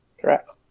Correct